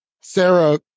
Sarah